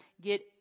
get